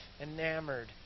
enamored